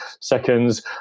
seconds